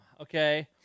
okay